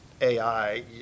AI